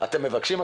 אתם מבקשים?